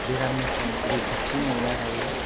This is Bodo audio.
बेरामनिफ्राय रैखाथि मोननो हायो